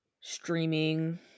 streaming